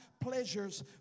pleasures